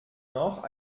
noch